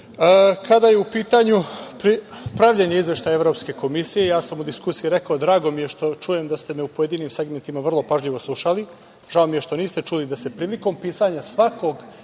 kada je u pitanju pravljenje izveštaja Evropske komisije, ja sam u diskusiji rekao, drago mi je što čujem da ste me u pojedinim segmentima vrlo pažljivo slušali. Žao mi je što niste čuli da se prilikom pisanja svakog izveštaja